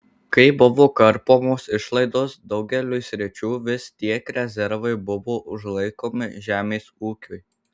kai buvo karpomos išlaidos daugeliui sričių vis tiek rezervai buvo užlaikomi žemės ūkiui